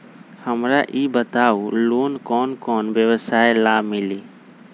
हमरा ई बताऊ लोन कौन कौन व्यवसाय ला मिली?